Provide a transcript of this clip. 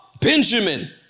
Benjamin